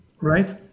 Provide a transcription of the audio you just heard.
right